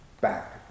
back